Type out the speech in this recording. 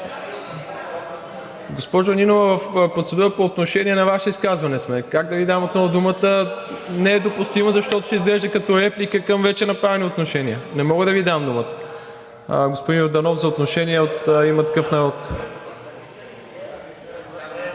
Госпожо Нинова, в процедура по отношение на Ваше изказване сме, как да Ви дам отново думата? Не е допустимо, защото ще изглежда, като реплика към вече направено отношение, не мога да Ви дам думата. Господин Йорданов – за отношение от „Има такъв народ“.